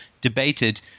debated